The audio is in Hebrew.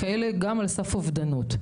גם על סף אובדנות.